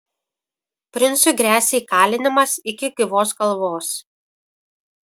princui gresia įkalinimas iki gyvos galvos